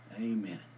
Amen